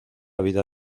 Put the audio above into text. vida